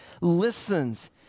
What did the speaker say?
listens